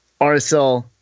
RSL